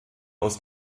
aus